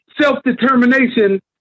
self-determination